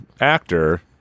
actor